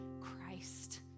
Christ